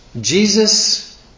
Jesus